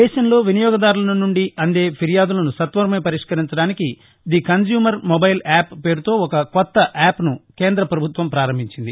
దేశంలో వినియోగదారుల నుండి అందే ఫిర్వాదులను సత్వరమే పరిష్కరించడానికి ది కన్న్యూమర్ మొబైల్ యాప్ పేరుతో ఒక కొత్త యాప్ను కేంద్ర ప్రభుత్వం ప్రారంభించింది